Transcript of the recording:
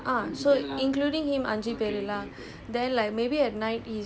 guest is me you arav sha that's all lah